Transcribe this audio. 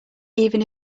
even